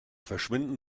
verschwinden